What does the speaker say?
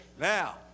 Now